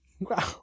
Wow